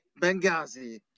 Benghazi